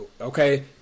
okay